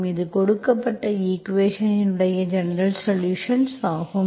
எனவே இது கொடுக்கப்பட்ட ஈக்குவேஷன்ஸ் இன் ஜெனரல்சொலுஷன்ஸ் ஆகும்